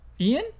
Ian